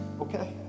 okay